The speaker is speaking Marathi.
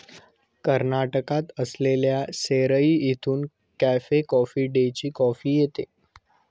कर्नाटकात असलेल्या सेराई येथून कॅफे कॉफी डेची कॉफी येते